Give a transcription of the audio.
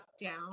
down